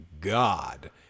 God